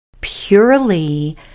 purely